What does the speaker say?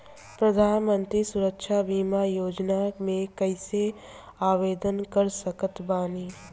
प्रधानमंत्री सुरक्षा बीमा योजना मे कैसे आवेदन कर सकत बानी?